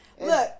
Look